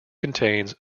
contains